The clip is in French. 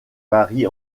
varie